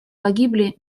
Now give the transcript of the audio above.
погибли